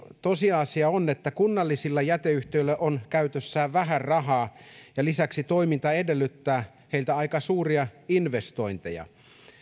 tosiasia on että kunnallisilla jäteyhtiöillä on käytössään vähän rahaa ja lisäksi toiminta edellyttää heiltä aika suuria investointeja